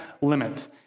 limit